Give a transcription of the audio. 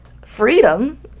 freedom